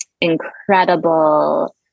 incredible